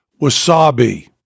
wasabi